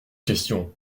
questions